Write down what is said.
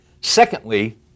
Secondly